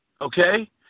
okay